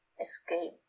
escape